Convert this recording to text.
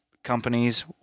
companies